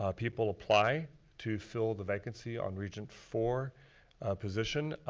ah people apply to fill the vacancy on regent four position.